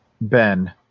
Ben